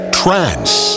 trance